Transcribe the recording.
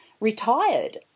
retired